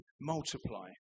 multiply